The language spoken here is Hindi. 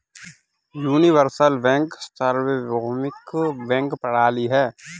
यूनिवर्सल बैंक सार्वभौमिक बैंक प्रणाली है